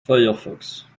firefox